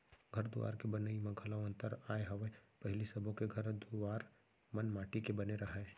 घर दुवार के बनई म घलौ अंतर आय हवय पहिली सबो के घर दुवार मन माटी के बने रहय